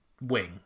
wing